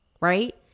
right